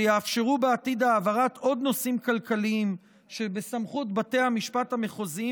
שיאפשרו בעתיד העברת עוד נושאים כלכליים שבסמכות בתי המשפט המחוזיים